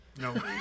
no